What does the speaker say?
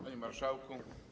Panie Marszałku!